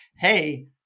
hey